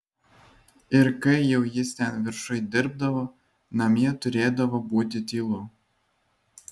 ir kai jau jis ten viršuj dirbdavo namie turėdavo būti tylu